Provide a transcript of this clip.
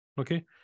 okay